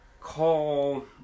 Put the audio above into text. call